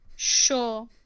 Sure